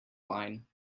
wine